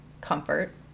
comfort